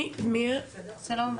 שלום,